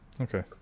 Okay